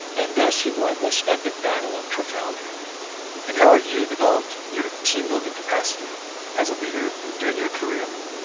and thus, he won this epic battle of trafalgar and how have you developed your team building capacity as a leader and during your career? i mean,